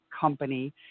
company